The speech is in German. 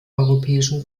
europäischen